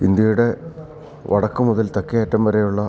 ഇന്ത്യയ്ടെ വടക്ക് മുതൽ തെക്കേയറ്റം വരെയുള്ള